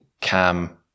cam